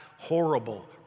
horrible